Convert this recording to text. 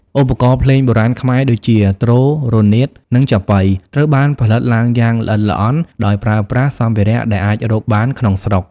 ឧបករណ៍ភ្លេងបុរាណខ្មែរដូចជា ទ្រ រនាត និង ចាប៉ី ត្រូវបានផលិតឡើងយ៉ាងល្អិតល្អន់ ដោយប្រើប្រាស់សម្ភារៈដែលអាចរកបានក្នុងស្រុក។